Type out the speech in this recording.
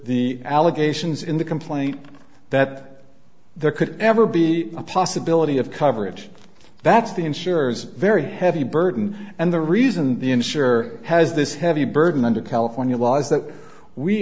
the allegations in the complaint that there could ever be a possibility of coverage that's the insurer's very heavy burden and the reason the insured has this heavy burden under california law is that we